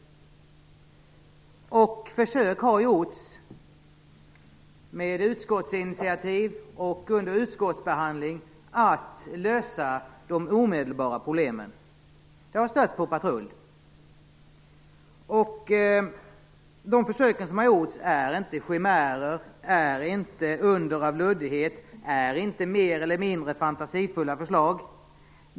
Vid utskottsbehandlingen har man gjort försök med utskottsinitiativ för att lösa de omedelbara problemen. Det har emellertid stött på patrull. De försök som har gjorts är inga chimärer, under av luddighet eller mer eller mindre fantasifulla förslag.